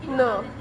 no